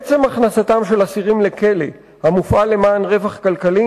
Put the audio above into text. עצם הכנסת אסירים לכלא המופעל למען רווח כלכלי